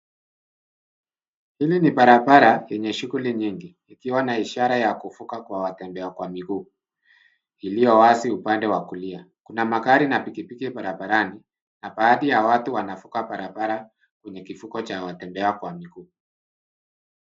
Hili ni barabara yenye shuguli nyingi, ikiwa na ishara ya kuvuka kwa watembea kwa miguu; iliyowazi upande wa kulia. Kuna magari na pikipiki barabarani, na baadhi ya watu wanavuka barabara kwenye kivuko cha watembea kwa miguu.